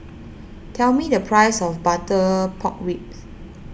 tell me the price of Butter Pork Ribs